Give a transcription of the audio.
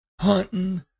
hunting